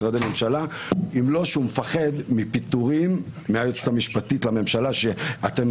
אם הוא מפחד שיפוטר על ידי היועצת המשפטית לממשלה תחתיה אתם